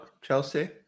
Chelsea